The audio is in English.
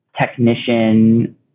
technician